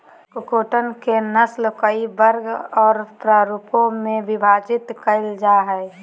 कुक्कुटों के नस्ल कई वर्ग और प्ररूपों में विभाजित कैल जा हइ